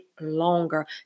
Longer